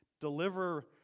deliver